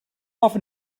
often